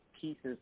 pieces